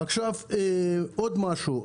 עוד משהו,